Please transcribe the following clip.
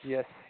Yes